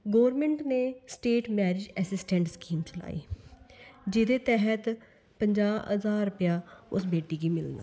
government ने state marriage assistant scheme चलाई जेह्दे तैह्त पजांह् हजार रपेआ उस बेटी गी मिलना